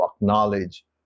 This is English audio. acknowledge